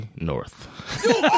North